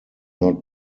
not